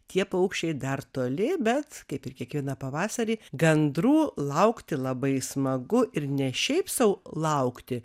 tie paukščiai dar toli bet kaip ir kiekvieną pavasarį gandrų laukti labai smagu ir ne šiaip sau laukti